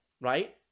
Right